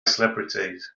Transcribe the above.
celebrities